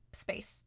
space